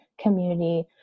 community